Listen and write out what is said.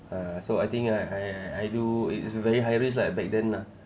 err so I think I I I do it's very high risk lah back then lah